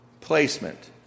placement